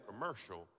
commercial